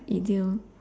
idiom